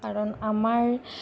কাৰণ আমাৰ